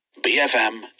BFM